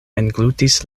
englutis